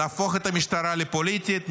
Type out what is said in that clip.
נהפוך את המשטרה לפוליטית,